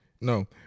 no